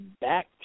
back